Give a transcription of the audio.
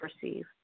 perceive